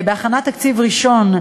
בהכנת תקציב ראשון,